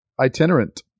itinerant